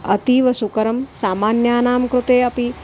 अतीवसुकरं सामान्यानां कृते अपि